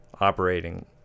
operating